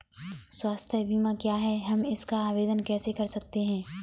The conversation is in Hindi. स्वास्थ्य बीमा क्या है हम इसका आवेदन कैसे कर सकते हैं?